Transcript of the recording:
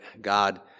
God